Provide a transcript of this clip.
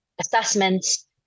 assessments